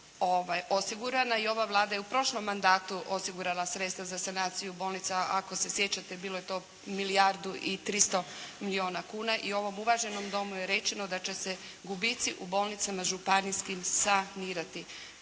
I ova Vlada je u prošlom mandatu osigurala sredstva za sanaciju bolnica ako se sjećate bilo je to milijardu i 300 milijuna kuna i ovom uvaženom Domu je rečeno da će se gubici u bolnicama županijskim sanirati.